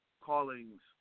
callings